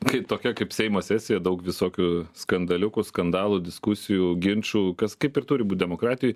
kaip tokia kaip seimo sesija daug visokių skandaliukų skandalų diskusijų ginčų kas kaip ir turi būt demokratijoj